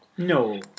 No